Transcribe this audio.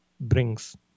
brings